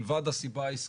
מלבד הסיבה העסקית,